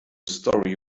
story